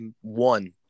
one